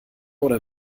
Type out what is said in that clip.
oder